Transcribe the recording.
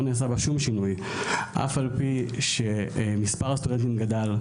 נעשה בה שום שינוי אף על פי שמספר הסטודנטים גדל.